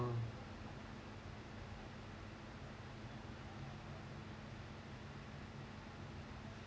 um